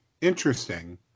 interesting